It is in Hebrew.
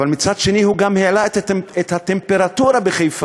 אבל מצד שני הוא גם העלה את הטמפרטורה בחיפה.